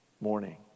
morning